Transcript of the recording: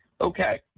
Okay